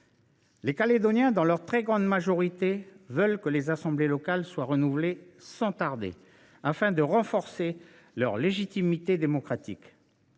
Les Calédoniens, dans leur très grande majorité, veulent que les assemblées locales soient renouvelées sans tarder, afin de renforcer leur légitimité démocratique.